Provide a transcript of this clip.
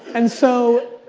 and so,